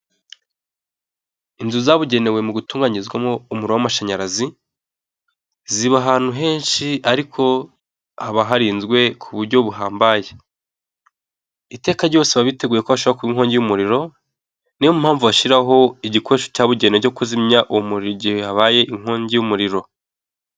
Inzu zabugenewe mu gutunganyirizwamo umuriro w'amashanyarazi ziba ahantu henshi ariko haba harinzwe ku buryo buhambaye, iteka ryose baba biteguye ko hashobora kuba inkongi y'umuriro niyo mpamvu bashyiraho igikoresho cyabugenewe cyo kuzimya uwo muriro igihe habaye inkongi y'umuriro.